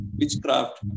witchcraft